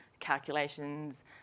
calculations